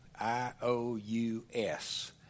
I-O-U-S